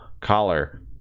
collar